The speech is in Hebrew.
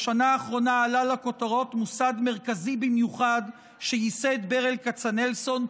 בשנה האחרונה עלה לכותרות מוסד מרכזי במיוחד שייסד ברל כצנלסון,